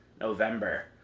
November